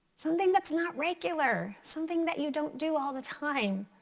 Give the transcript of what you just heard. something that's not regular. something that you don't do all the time.